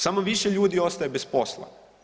Samo više ljudi ostaje bez posla.